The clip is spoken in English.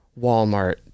Walmart